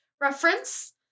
reference